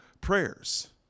prayers